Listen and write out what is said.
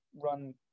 run